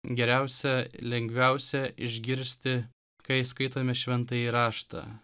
geriausia lengviausia išgirsti kai skaitome šventąjį raštą